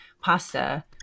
pasta